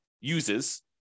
uses